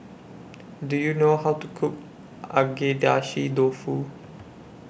Do YOU know How to Cook Agedashi Dofu